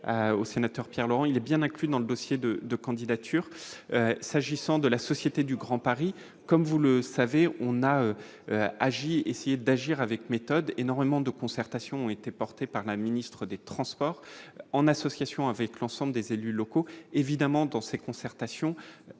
au sénateur Pierre Laurent, il est bien inclus dans le dossier de de candidatures, s'agissant de la Société du Grand Paris, comme vous le savez, on a agi, essayer d'agir avec méthode énormément de concertation était porté par la ministre des Transports, en association avec l'ensemble des élus locaux, évidemment dans ces concertations